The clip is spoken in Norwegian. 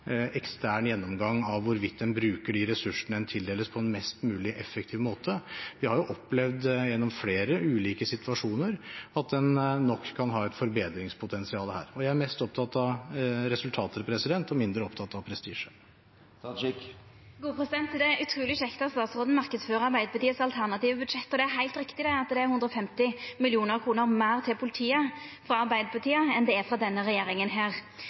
ekstern gjennomgang av hvorvidt en bruker de ressursene en tildeles, på en mest mulig effektiv måte. Vi har jo opplevd gjennom flere ulike situasjoner at en nok kan ha et forbedringspotensial her. Jeg er mest opptatt av resultater og mindre opptatt av prestisje. Det er utruleg kjekt at statsråden markedsfører Arbeidarpartiets alternative budsjett, og det er heilt riktig at det er 150 mill. kr meir til politiet frå Arbeidarpartiet enn